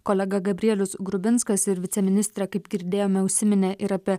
kolega gabrielius grubinskas ir viceministrė kaip girdėjome užsiminė ir apie